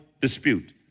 dispute